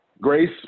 Grace